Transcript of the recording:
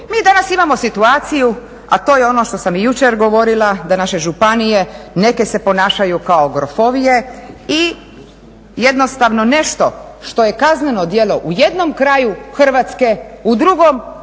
Mi danas imamo situaciju, a to je ono što sam i jučer govorila da naše županije neke se ponašaju kao grofovije i jednostavno nešto što je kazneno djelo u jednom kraju Hrvatske u drugom dijelu